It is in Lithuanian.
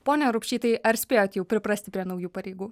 pone rupšy tai ar spėjot jau priprasti prie naujų pareigų